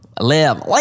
Live